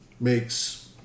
makes